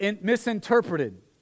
misinterpreted